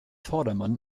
vordermann